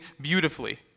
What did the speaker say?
beautifully